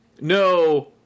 no